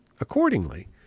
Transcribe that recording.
accordingly